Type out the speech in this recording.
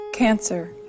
Cancer